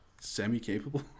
semi-capable